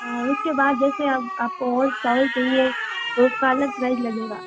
उसके बाद जैसे अब आपको और चावल चाहिए तो उसका अलग प्राइज लगेगा